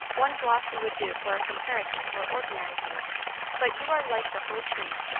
one blossom would do for a comparison for ordinary women but you are like the whole tree.